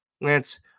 Lance